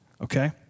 okay